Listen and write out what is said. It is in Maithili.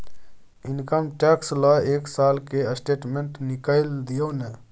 इनकम टैक्स ल एक साल के स्टेटमेंट निकैल दियो न?